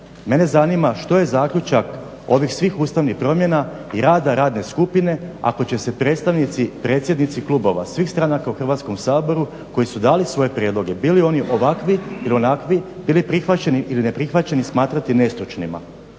mene zanima što je zaključak ovih svih ustavnih promjena i rada radne skupine ako će se predstavnici i predsjednici klubova svih stranaka u Hrvatskom saboru koji su dali svoje prijedloge bili oni ovakvi ili onakvi bili prihvaćeni ili neprihvaćeni smatrati nestručnima.